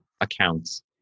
accounts